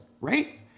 right